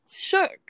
shook